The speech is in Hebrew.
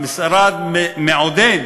שהמשרד מעודד